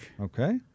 Okay